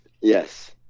Yes